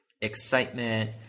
excitement